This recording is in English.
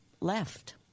left